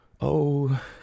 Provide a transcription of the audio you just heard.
Oh